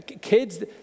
Kids